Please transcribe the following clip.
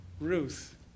Ruth